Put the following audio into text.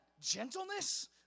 Gentleness